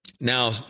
Now